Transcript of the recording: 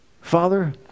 Father